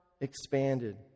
expanded